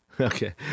okay